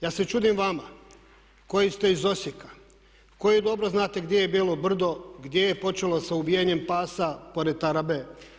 Ja se čudim vama koji ste iz Osijeka, koji dobro znate gdje je Bijelo brdo, gdje je počelo sa ubijanjem pasa pored tarabe.